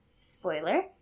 Spoiler